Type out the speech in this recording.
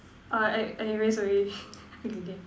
uh I I erase away okay K